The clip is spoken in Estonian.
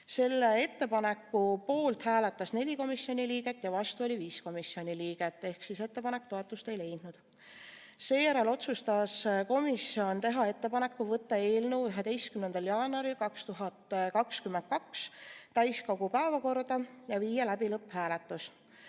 Selle ettepaneku poolt hääletas 4 komisjoni liiget ja vastu oli 5 komisjoni liiget ehk ettepanek toetust ei leidnud. Seejärel otsustas komisjon teha ettepaneku võtta eelnõu 11. jaanuariks 2022 täiskogu päevakorda ja viia läbi lõpphääletus.